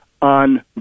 On